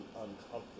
uncomfortable